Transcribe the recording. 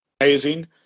amazing